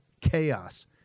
chaos